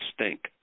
stink